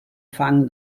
fang